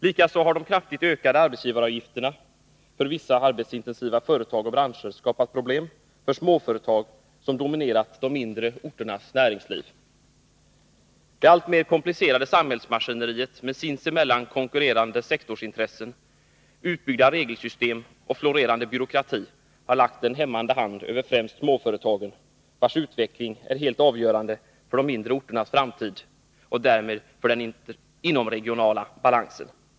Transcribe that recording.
Likaså har de kraftigt ökade arbetsgivaravgifterna för vissa arbetsintensiva företag och branscher skapat problem för småföretag som dominerat de mindre orternas näringsliv. Det alltmer komplicerade samhällmaskineriet med sinsemellan konkurrerande sektorsintressen, utbyggda regelsystem och florerande byråkrati har lagt en hämmande hand över främst småföretagen, vilkas utveckling är helt avgörande för de mindre orternas framtid och därmed för den inomregionala balansen.